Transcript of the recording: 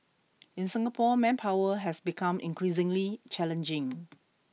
in Singapore manpower has become increasingly challenging